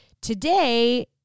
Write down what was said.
Today